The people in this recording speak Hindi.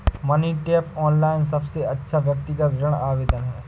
मनी टैप, ऑनलाइन सबसे अच्छा व्यक्तिगत ऋण आवेदन है